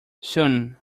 soon